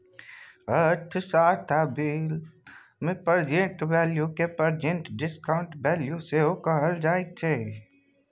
अर्थशास्त्र आ बित्त मे प्रेजेंट वैल्यू केँ प्रेजेंट डिसकांउटेड वैल्यू सेहो कहल जाइ छै